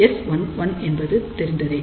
S11 என்பதும் தெரிந்ததே